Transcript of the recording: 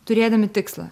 turėdami tikslą